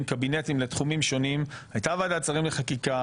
לחוות דעת מומחה,